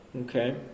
Okay